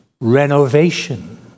renovation